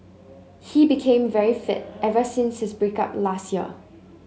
he became very fit ever since his break up last year